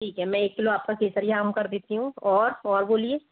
ठीक है मैं एक किलो आपका केसरिया आम कर देती हूँ और और बोलिए